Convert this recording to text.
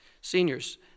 Seniors